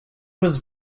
was